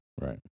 Right